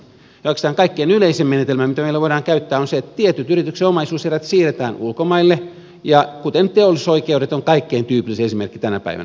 oikeastaan kaikkein yleisin menetelmä mitä meillä voidaan käyttää on se että tietyt yrityksen omaisuuserät siirretään ulkomaille kuten teollisuusoikeudet jotka ovat kaikkein tyypillisin esimerkki tänä päivänä